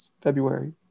February